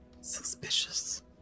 Suspicious